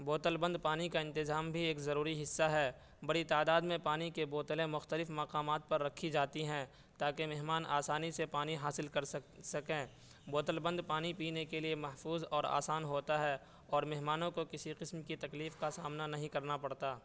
بوتل بند پانی کا انتظام بھی ایک ضروری حصہ ہے بڑی تعداد میں پانی کے بوتلیں مختلف مقامات پر رکھی جاتی ہیں تاکہ مہمان آسانی سے پانی حاصل کر سکیں بوتل بند پانی پینے کے لیے محفوظ اور آسان ہوتا ہے اور مہمانوں کو کسی قسم کی تکلیف کا سامنا نہیں کرنا پڑتا